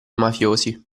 mafiosi